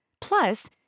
Plus